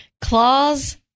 claws